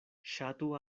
ŝatu